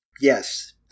yes